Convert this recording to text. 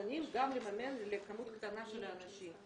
מוכנים גם לממן לכמות קטנה של אנשים.